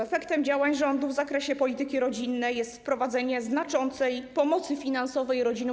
Efektem działań rządu w zakresie polityki rodzinnej jest wprowadzenie znaczącej pomocy finansowej rodzinom.